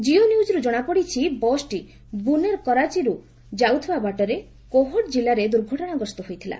କିଓ ନିଉଜ୍ର ଜଣାପଡିଛି ବସ୍ଟି ବୁନେର କରାଚିକୁ ଯାଉଥିବା ବାଟରେ କୋହଟ ଜିଲ୍ଲାରେ ଦୁର୍ଘଟଣାଗ୍ରସ୍ତ ହୋଇଥିଲା